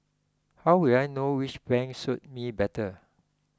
how will I know which bank suits me better